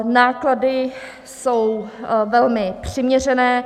Náklady jsou velmi přiměřené.